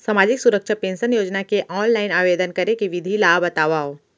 सामाजिक सुरक्षा पेंशन योजना के ऑनलाइन आवेदन करे के विधि ला बतावव